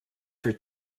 for